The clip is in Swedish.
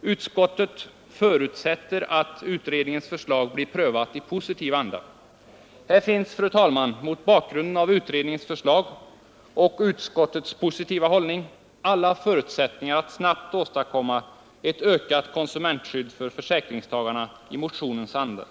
Utskottet förutsätter att utredningens förslag blir prövat i positiv anda. Här finns, fru talman, mot bakgrunden av utredningens förslag och utskottets positiva hållning alla förutsättningar att snabbt åstadkomma ett ökat konsumentskydd för fö äkringstagarna i motionens anda.